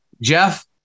Jeff